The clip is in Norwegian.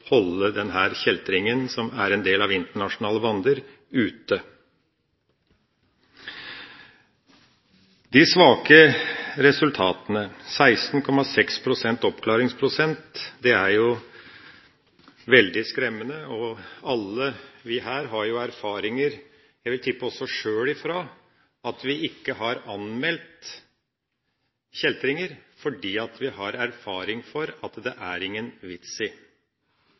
som er en del av internasjonale bander, ute? De svake resultatene, med en oppklaringsprosent på 16,6, er veldig skremmende, og alle her har erfaringer – jeg vil tippe også sjøl – fra at man ikke har anmeldt kjeltringer fordi man har erfaring med at det ikke er